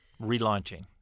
Relaunching